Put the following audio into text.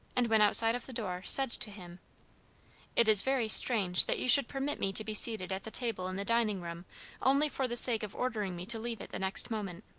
and when outside of the door, said to him it is very strange that you should permit me to be seated at the table in the dining-room only for the sake of ordering me to leave it the next moment.